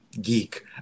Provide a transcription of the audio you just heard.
geek